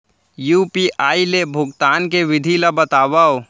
UPI ले भुगतान के विधि ला बतावव